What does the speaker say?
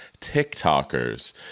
TikTokers